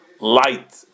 light